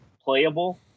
playable